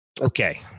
Okay